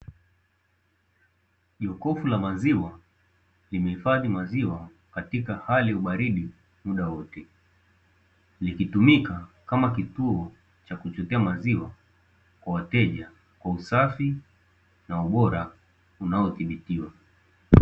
Jokofu la maziwa limehifadhi maziwa katika hali ya ubaridi muda wote, likitumika kama kitovu cha kuhifadhia maziwa kwa wateja kwa usafi na ubora unaodhibitiwa.